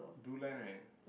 blue line right